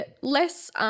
less –